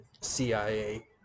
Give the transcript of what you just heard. CIA